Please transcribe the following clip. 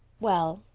well,